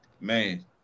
man